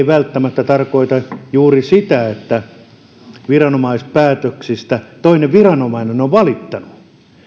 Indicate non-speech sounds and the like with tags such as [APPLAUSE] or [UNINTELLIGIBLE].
[UNINTELLIGIBLE] välttämättä tarkoita juuri sitä että viranomaispäätöksistä toinen viranomainen on valittanut